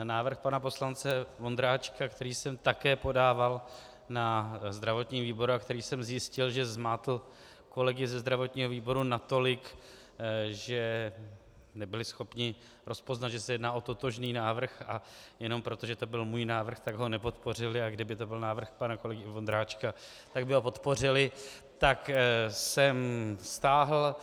Návrh pana poslance Vondráčka, který jsem také podával na zdravotním výboru a který jsem zjistil, že zmátl kolegy ze zdravotní výboru natolik, že nebyli schopni rozpoznat, že se jedná o totožný návrh, a jenom proto, že to byl můj návrh, tak ho nepodpořili, a kdyby to byl návrh pana kolegy Vondráčka, tak by ho podpořili jsem stáhl.